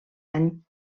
any